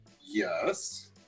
Yes